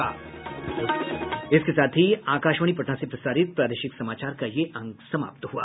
इसके साथ ही आकाशवाणी पटना से प्रसारित प्रादेशिक समाचार का ये अंक समाप्त हुआ